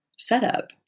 Setup